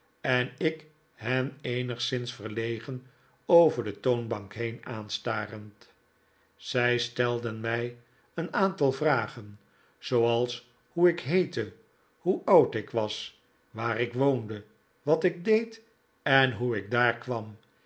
en ik hen eenigszins verlegen over de toon bank heen aanstarend zij stelden mij een aantal vragen zooals hoe ik heette hoe oud ik was waar ik woonde wat ik deed en hoe ik daar kwam